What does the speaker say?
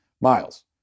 miles